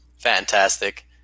Fantastic